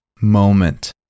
moment